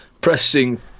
Pressing